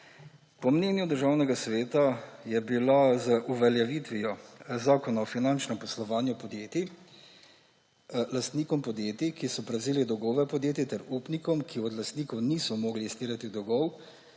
Po mnenju Državnega sveta je bila z uveljavitvijo Zakona o finančnem poslovanju podjetij lastnikom podjetij, ki so prevzeli dolgove podjetij, ter upnikom, ki od lastnikov niso mogli izterjati dolgov,